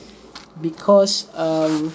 because um